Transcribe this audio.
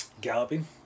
galloping